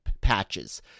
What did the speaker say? patches